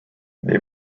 they